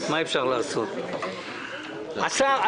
אבל בעיקר הסתייגות של חבר הכנסת אחמד טיבי.